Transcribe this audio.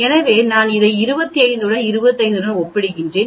எனவே நான் இதை 25 25 உடன் ஒப்பிடுகிறேன்